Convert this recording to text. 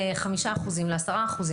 מאבק של רשויות מקומיות ושל מטופלים,